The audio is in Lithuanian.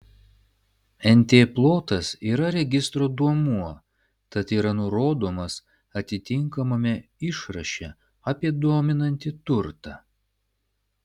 nt plotas yra registro duomuo tad yra nurodomas atitinkamame išraše apie dominantį turtą